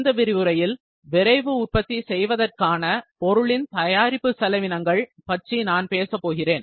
இந்த விரிவுரையில் விரைவு உற்பத்தி செய்வதற்கான பொருளின் தயாரிப்பு செலவினங்களை பற்றி நான் பேசப் போகிறேன்